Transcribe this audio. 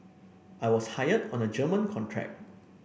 I was hired on a German contract